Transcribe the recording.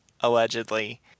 allegedly